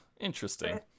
interesting